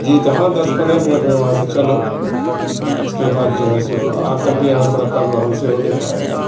جی جہاں دس پندرہ منٹ میں وہاں سے چلو اس کے بعد جو ہے سو آ کر کے یہاں تھوڑا کر لو ہم سے ہو نہیں پائے گا